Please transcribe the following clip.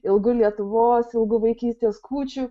ilgu lietuvos ilgu vaikystės kūčių